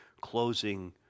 closing